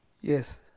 Yes